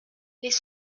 les